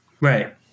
Right